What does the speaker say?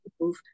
move